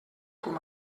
com